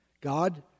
God